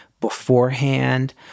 beforehand